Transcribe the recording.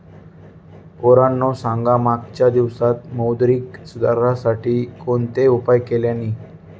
पोरांनो सांगा मागच्या दिवसांत मौद्रिक सुधारांसाठी कोणते उपाय केल्यानी?